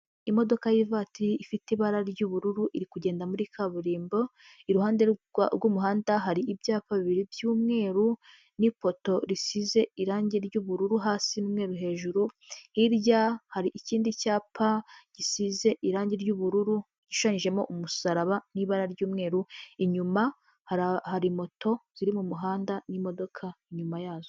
Imodoka y'ivatiri ifite ibara ry'ubururu iri kugenda muri kaburimbo, iruhande rw'umuhanda hari ibyapa bibiri by'umweru n'ipoto risize irangi ry'ubururu hasi, umweru hejuru, hirya hari ikindi cyapa gisize irangi ry'ubururu gishushanyijemo umusaraba n'ibara ry'umweru, inyuma hari moto ziri mu muhanda n'imodoka inyuma yazo.